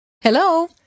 Hello